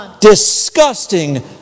disgusting